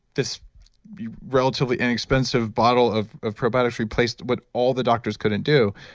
this relatively inexpensive bottle of of probiotics replaced what all the doctors couldn't do.